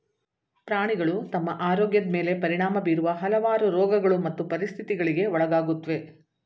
ಪ್ರಾಣಿಗಳು ತಮ್ಮ ಆರೋಗ್ಯದ್ ಮೇಲೆ ಪರಿಣಾಮ ಬೀರುವ ಹಲವಾರು ರೋಗಗಳು ಮತ್ತು ಪರಿಸ್ಥಿತಿಗಳಿಗೆ ಒಳಗಾಗುತ್ವೆ